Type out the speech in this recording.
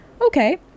okay